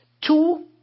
Two